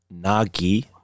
nagi